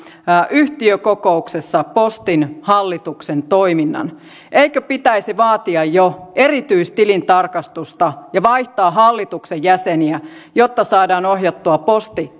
yhtiökokouksessa postin hallituksen toiminnan eikö pitäisi vaatia jo erityistilintarkastusta ja vaihtaa hallituksen jäseniä jotta saadaan posti